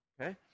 Okay